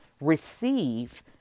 receive